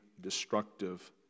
destructive